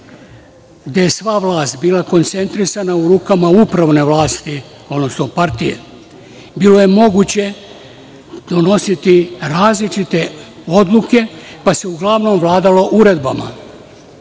gde je sva vlast bila koncentrisana u rukama upravne vlasti, odnosno partije, bilo je moguće donositi različite odluke, pa se uglavnom vladalo uredbama.